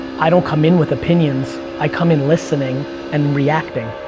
i don't come in with opinions, i come in listening and reacting,